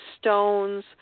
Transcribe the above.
stones